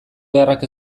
beharrak